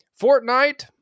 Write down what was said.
Fortnite